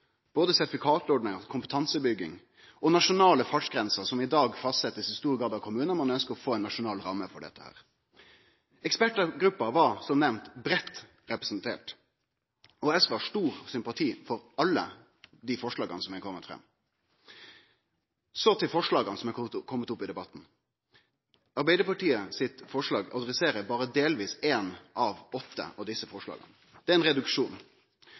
både sertifikatordning og kompetansebygging. Ein foreslo også nasjonale fartsgrenser – dei blir i dag i stor grad fastsette av kommunane, men ein ønskjer å få ei nasjonal ramme for dette. Ekspertgruppa var – som nemnt – breitt representert. SV har stor sympati for alle dei forslaga som er komne fram. Så til forslaga som er fremja under debatten. Forslaget frå Arbeidarpartiet, Kristeleg Folkeparti, Senterpartiet og Venstre adresserer berre delvis eitt av dei åtte forslaga. Det er ein reduksjon.